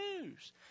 news